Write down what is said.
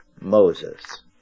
Moses